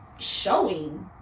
showing